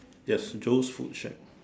yes Joe's food shack